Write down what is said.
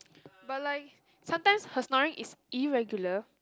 but like sometimes her snoring is irregular